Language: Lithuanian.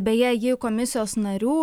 beje ji komisijos narių